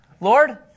Lord